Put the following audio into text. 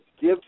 give